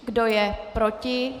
Kdo je proti?